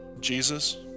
Jesus